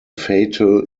fatal